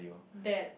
that